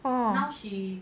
oh